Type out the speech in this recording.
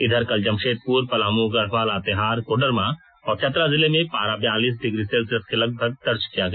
इधर कल जमशेदपुर पलामू गढ़वा लातेहार कोडरमा और चतरा जिले में पारा बयालीस डिग्री सेल्सियस के लगभग दर्ज किया गया